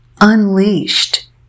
unleashed